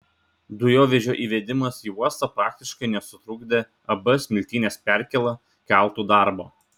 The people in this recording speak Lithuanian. dujovežio įvedimas į uostą praktiškai nesutrukdė ab smiltynės perkėla keltų darbo